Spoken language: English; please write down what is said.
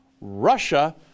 Russia